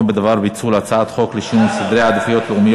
בדבר פיצול הצעת חוק לשינוי סדרי עדיפויות לאומיים